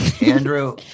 Andrew